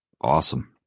awesome